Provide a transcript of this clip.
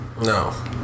No